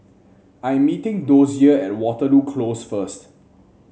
I'm meeting Dozier at Waterloo Close first